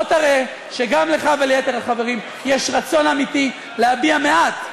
בוא תראה שגם לך וליתר החברים יש רצון אמיתי להביע מעט,